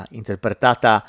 interpretata